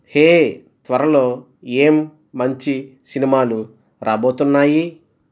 హే త్వరలో ఏం మంచి సినిమాలు రాబోతున్నాయి